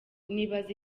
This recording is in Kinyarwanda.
nibaza